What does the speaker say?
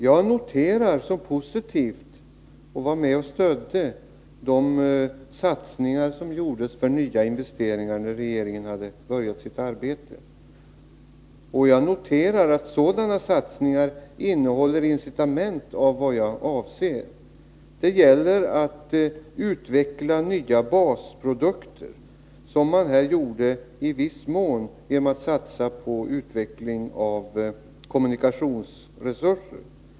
Jag noterar de satsningar som gjordes för nya investeringar positivt och var med och stödde dem när regeringen hade börjat sitt arbete, och jag noterar att sådana satsningar innehåller incitament till vad jag avser. Det gäller att utveckla nya basprodukter som man i viss mån gjorde genom att satsa på utveckling av kommunikationsresurser.